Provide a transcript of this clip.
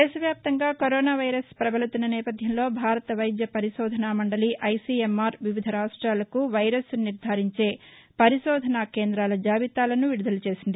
దేశ వ్యాప్తంగా corona virus పబలుతున్న నేపథ్యంలో భారత వైద్య పరిశోధనా మండలి ఐసీఎంఆర్ వివిధ రాష్ట్రాలకు వైరస్ను నిర్దారించే పరిశోధనా కేంద్రాల జాబితాను విడుదల చేసింది